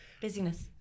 busyness